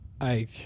I-